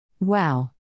Wow